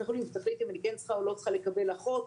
החולים ותחליט אם אני כן או לא צריכה לקבל אחות,